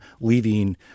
leaving